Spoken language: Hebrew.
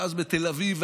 ואז בתל אביב,